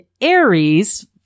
Aries